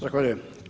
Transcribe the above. Zahvaljujem.